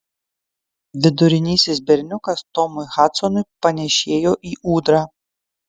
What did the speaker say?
vidurinysis berniukas tomui hadsonui panėšėjo į ūdrą